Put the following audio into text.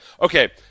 Okay